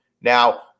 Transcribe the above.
Now